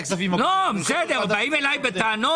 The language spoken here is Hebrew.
באים אליי בטענות.